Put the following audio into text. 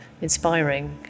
inspiring